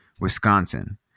Wisconsin